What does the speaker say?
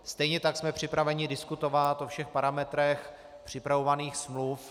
Stejně tak jsme připraveni diskutovat o všech parametrech připravovaných smluv.